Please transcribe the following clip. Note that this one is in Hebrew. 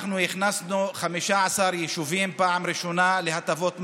הכנסנו 15 יישובים בפעם ראשונה להטבות מס,